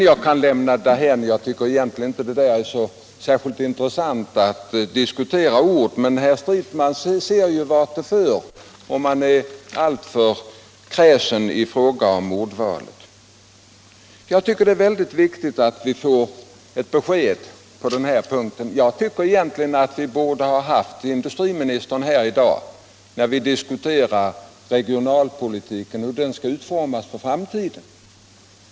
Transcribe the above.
— Jag kan lämna det därhän. Det är inte särskilt intressant att diskutera ord, men jag vill visa herr Stridsman vart det för om man är alltför kräsen i fråga om ordvalet. Jag tycker att det är viktigt att vi får ett besked på den här punkten. Vi borde ha haft industriministern här i dag när vi diskuterar hur regionalpolitiken skall utformas för framtiden.